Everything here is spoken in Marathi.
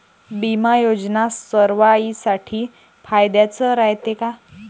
बिमा योजना सर्वाईसाठी फायद्याचं रायते का?